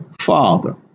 father